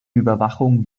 überwachung